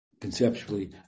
conceptually